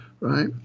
right